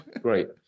great